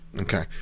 Okay